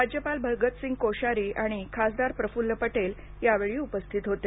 राज्यपाल भगतसिंग कोशियारी आणि खासदार प्रफुल पटेल यावेळी उपस्थित होते